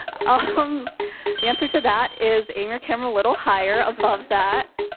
ah um the answer to that is aim your camera a little higher above that.